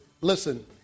Listen